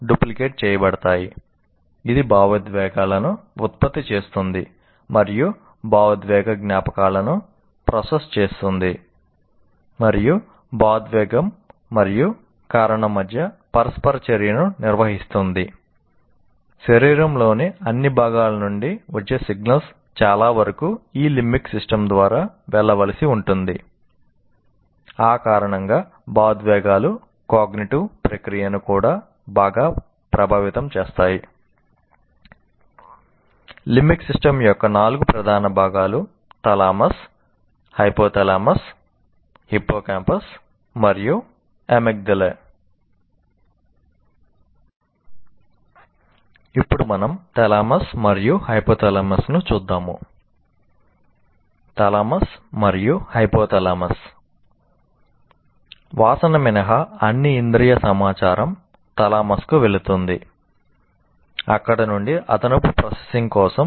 limbic system